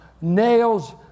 nails